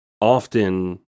often